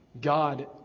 God